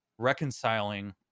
reconciling